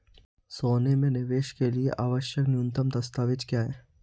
सोने में निवेश के लिए आवश्यक न्यूनतम दस्तावेज़ क्या हैं?